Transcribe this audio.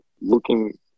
looking